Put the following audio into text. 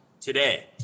today